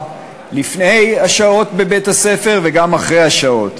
לפני השעות בבית-הספר וגם אחרי השעות,